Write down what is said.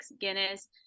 Guinness